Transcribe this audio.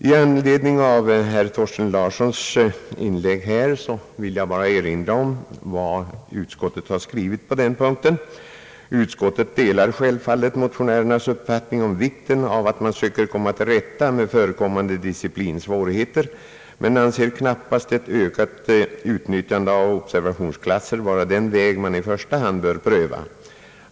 Med anledning av herr Thorsten Larssons inlägg vill jag erinra om vad utskottet har skrivit på denna punkt, nämligen: »Utskottet delar självfallet mo tionärernas uppfattning om vikten av att man söker komma till rätta med förekommande disciplinsvårigheter men anser knappast ett ökat utnyttjande av observationsklasser vara den väg man i första hand bör pröva.